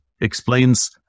explains